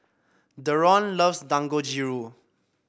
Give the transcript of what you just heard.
Deron loves Dangojiru